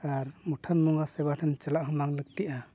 ᱟᱨ ᱢᱩᱴᱷᱟᱹᱱ ᱵᱚᱸᱜᱟ ᱥᱮᱵᱟ ᱴᱷᱮᱱ ᱪᱟᱞᱟᱜ ᱦᱚᱸ ᱵᱟᱝ ᱞᱟᱹᱠᱛᱤᱜᱼᱟ